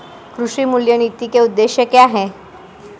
कृषि मूल्य नीति के उद्देश्य क्या है?